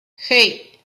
hey